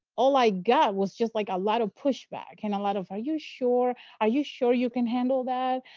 all i got was just like a lot of pushback and a lot of, are you sure? are you sure you can handle that?